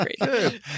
great